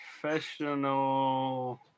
professional